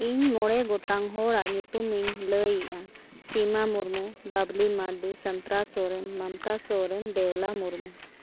ᱤᱧ ᱢᱚᱬᱮ ᱜᱚᱴᱟᱝ ᱦᱚᱲᱟᱜ ᱧᱩᱛᱩᱢᱤᱧ ᱞᱟᱹᱭᱮᱜᱼᱟ ᱥᱤᱢᱟ ᱢᱩᱨᱢᱩ ᱵᱟᱵᱽᱞᱤ ᱢᱟᱨᱰᱤ ᱥᱟᱱᱛᱨᱟ ᱥᱚᱨᱮᱱ ᱢᱚᱢᱛᱟ ᱥᱚᱨᱮᱱ ᱫᱮᱣᱞᱟ ᱢᱩᱨᱢᱩ